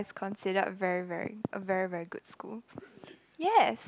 is considered a very very a very very good school yes